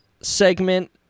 segment